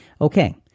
Okay